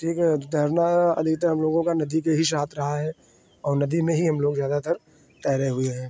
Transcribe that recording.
ठीक है तो हमारा अभी तो हम लोगों का नदी के ही साथ रहा है और नदी में हम लोग ज़्यादातर तैरे हुए हैं